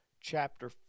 chapter